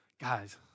guys